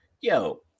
Yo